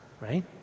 right